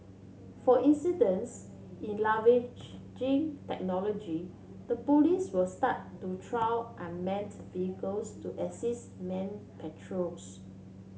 for incidence in technology the police will start to trial unmanned vehicles to assist man patrols